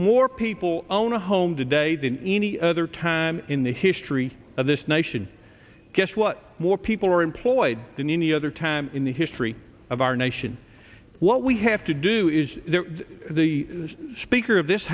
more people own a home today than any other time in the history of this nation guess what more people are employed than any other time in the history of our nation what we have to do is the speaker of this